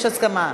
יש הסכמה.